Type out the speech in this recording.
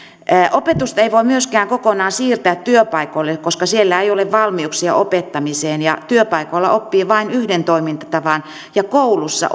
opetusta ei voi myöskään kokonaan siirtää työpaikoille koska siellä ei ole valmiuksia opettamiseen ja työpaikoilla oppii vain yhden toimintatavan ja koulussa